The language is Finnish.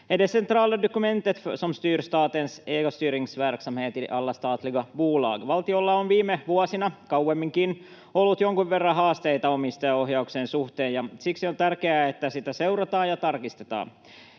det centrala dokumentet som styr statens ägarstyrningsverksamhet i alla statliga bolag. Valtiolla on viime vuosina, kauemminkin, ollut jonkin verran haasteita omistajaohjauksen suhteen. Siksi on tärkeää, että sitä seurataan ja tarkistetaan